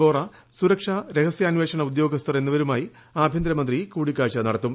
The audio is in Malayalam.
വോറ സുരക്ഷാ രഹസ്യാന്വേഷണ ഉദ്യോഗസ്ഥർ എന്നിവരുമായി ആഭ്യന്തര മന്ത്രി കൂടിക്കാഴ്ച നടത്തും